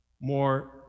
more